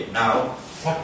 now